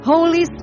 Holy